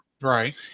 Right